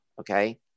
okay